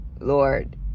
Lord